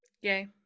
Yay